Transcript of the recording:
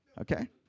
okay